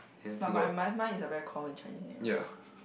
for mine mine mine is a very common Chinese name